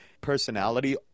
personality